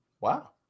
wow